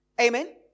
Amen